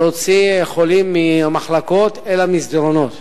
נאלצים להוציא חולים מהמחלקות אל המסדרונות,